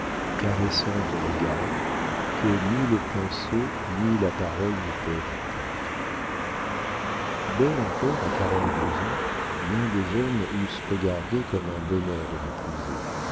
caressante au regard que ni le pinceau ni la parole ne peuvent peindre belle encore à quarante-deux ans bien des hommes eussent regardé comme un bonheur de l'épouser